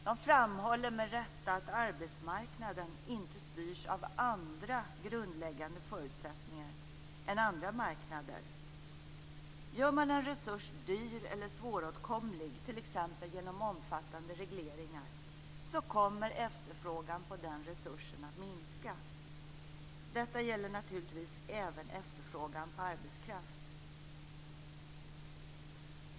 De framhåller med rätta att arbetsmarknaden inte styrs av andra grundläggande förutsättningar än andra marknader. Gör man en resurs dyr eller svåråtkomlig, t.ex. genom omfattande regleringar, så kommer efterfrågan på den resursen att minska. Detta gäller naturligtvis även efterfrågan på arbetskraft.